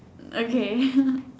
okay